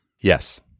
Yes